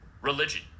religion